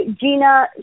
Gina